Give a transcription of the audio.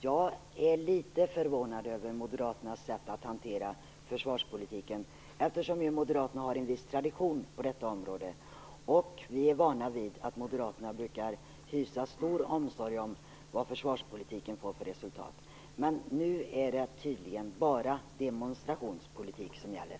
Jag är litet förvånad över Moderaternas sätt att hantera försvarspolitiken, eftersom Moderaterna har en viss tradition på detta område, och vi är vana vid att Moderaterna brukar hysa stor omsorg om vad försvarspolitiken får för resultat. Men nu är det tydligen bara demonstrationspolitik som gäller.